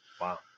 Wow